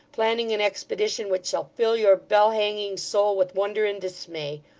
planning an expedition which shall fill your bell-hanging soul with wonder and dismay.